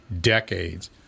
decades